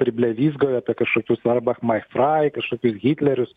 priblevyzgojo apie kažkokius arbeit macht frei kažkokius hitlerius